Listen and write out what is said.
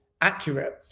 accurate